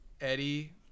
Eddie